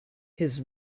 his